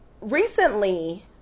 recently